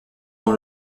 dans